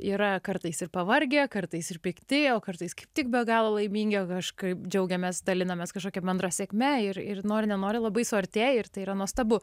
yra kartais ir pavargę kartais ir pikti o kartais kaip tik be galo laimingi o kažkaip džiaugiamės dalinamės kažkokia bendra sėkme ir ir nori nenori labai suartėji ir tai yra nuostabu